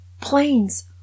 Planes